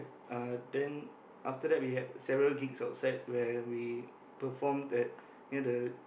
uh then after that we had several gigs outside where we perform at near the